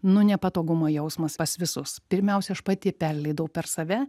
nu nepatogumo jausmas pas visus pirmiausia aš pati perleidau per save